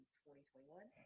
2021